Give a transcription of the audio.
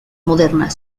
moderna